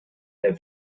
der